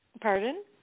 Pardon